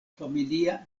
familia